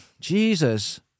Jesus